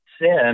sin